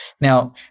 Now